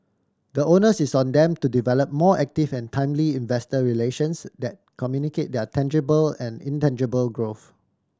the onus is on them to develop more active and timely investor relations that communicate their tangible and intangible growth